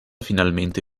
finalmente